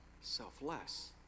selfless